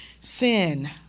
sin